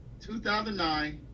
2009